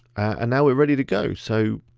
and now we're ready to go. so,